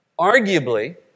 arguably